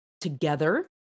together